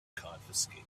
confiscated